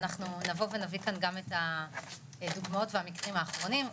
ואנחנו נבוא ונביא כאן גם את הדוגמאות והמקרים האחרונים.